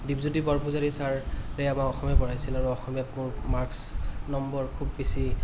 দ্বীপজ্য়োতি বৰপূজাৰী ছাৰে আমাক অসমীয়া পঢ়াইছিল আৰু অসমীয়াত মোৰ মাৰ্কচ নম্বৰ খুব বেছি